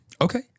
Okay